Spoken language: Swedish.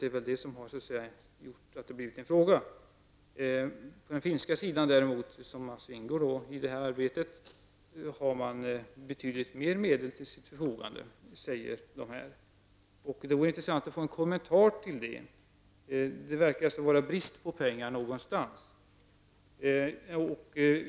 Det är därför som frågan har ställts. Det sägs här att de som deltar i detta arbete på den finska sidan har betydligt mer medel till sitt förfogande. Det vore intressant att få en kommentar till detta. Det verkar som om det råder brist på pengar någonstans.